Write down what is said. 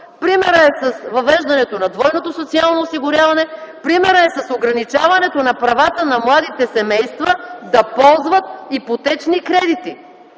Примерът е с въвеждането на двойното социално осигуряване, примерът е с ограничаването на правата на младите семейства да ползват ипотечни кредити